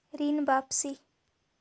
ऋण वापसी?